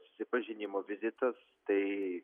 susipažinimo vizitas tai